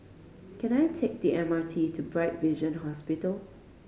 can I take the M R T to Bright Vision Hospital